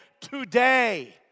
today